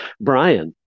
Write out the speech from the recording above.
Brian